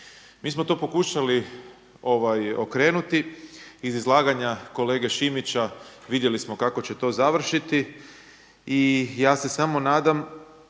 Mi smo to pokušali okrenuti. Iz izlaganja kolege Šimića vidjeli smo kako će to završiti. I ja se samo nadam